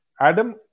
Adam